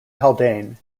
haldane